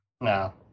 No